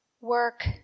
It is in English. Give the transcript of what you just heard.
work